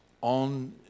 on